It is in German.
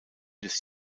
des